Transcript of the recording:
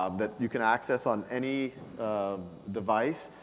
um that you can access on any device,